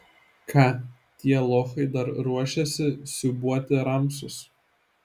ką tie lochai dar ruošiasi siūbuoti ramsus